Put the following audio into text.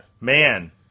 Man